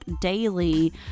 daily